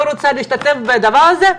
לא רוצה להשתתף בדבר הזה,